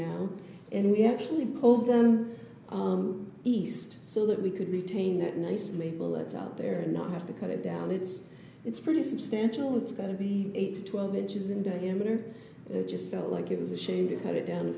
now and we actually pulled them on east so that we could retain that nice maple that's out there and not have to cut it down it's it's pretty substantial it's going to be eight twelve inches in diameter just felt like it was a shame to cut it down